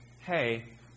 hey